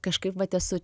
kažkaip vat esu